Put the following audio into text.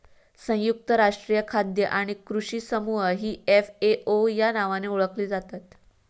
संयुक्त राष्ट्रीय खाद्य आणि कृषी समूह ही एफ.ए.ओ या नावाने ओळखली जातत